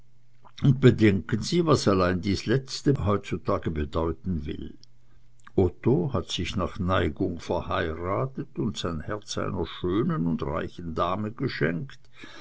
und bedenken sie was allein dies letzte heutzutage bedeuten will otto hat sich nach neigung verheiratet und sein herz einer schönen und reichen dame geschenkt